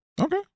okay